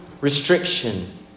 restriction